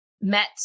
met